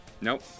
Nope